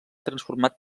transformat